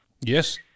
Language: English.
yes